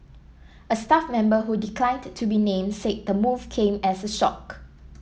a staff member who declined to be named said the move came as a shock